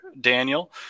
Daniel